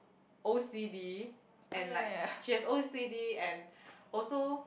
O_C_D and like she has O_C_D and also